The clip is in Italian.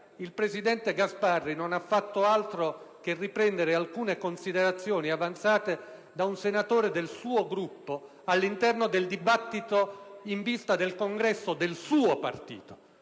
il presidente Gasparri non ha fatto altro che riprendere alcune considerazioni avanzate da un senatore del suo Gruppo all'interno di un dibattito in vista del congresso del suo partito.